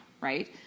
right